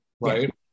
right